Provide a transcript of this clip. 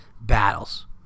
battles